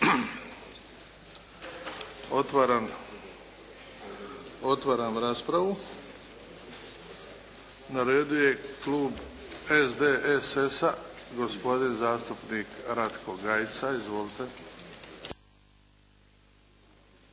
Otvaram raspravu. Na redu je Klub SDSS-a, gospodin zastupnik Ratko Gajica. Izvolite.